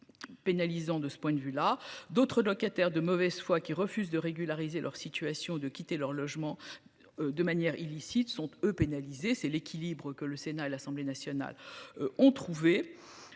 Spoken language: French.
d'autres locataires de mauvaise foi qui refuse de régulariser leur situation, de quitter leur logement. De manière illicite son eux pénaliser c'est l'équilibre que le Sénat et l'Assemblée nationale ont trouvé.